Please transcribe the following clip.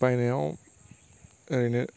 बायनायाव ओरैनो